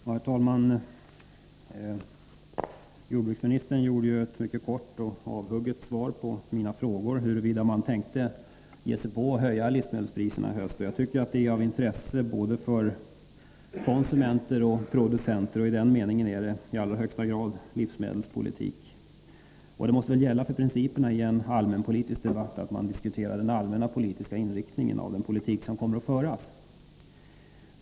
Herr talman! Jordbruksministern gav ett mycket kort och avhugget svar på mina frågor om huruvida man tänkte ge sig på att höja livsmedelspriserna i höst. Jag tycker att frågan är av intresse för både konsumenter och producenter, och i den meningen är det i allra högsta grad fråga om livsmedelspolitik. Det måste tillhöra principerna i en allmänpolitisk debatt att diskutera den allmänna politiska inriktningen av den politik som kommer att föras.